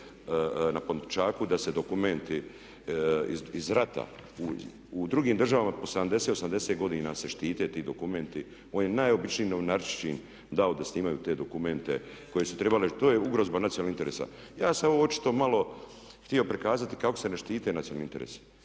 na Pantovčaku da se dokumenti iz rata u drugim državama po 70, 80 godina se štite ti dokumenti. On je najobičnijim novinarčićima dao da snimaju te dokumente. To je ugroza nacionalnih interesa. Ja sam ovo očito malo htio prikazati kako se ne štite nacionalni interesi.